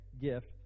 gift